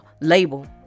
label